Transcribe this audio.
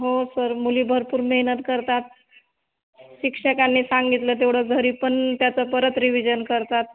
हो सर मुली भरपूर मेहनत करतात शिक्षकांनी सांगितलं तेवढं घरी पण त्याचं परत रिविजन करतात